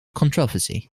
controversy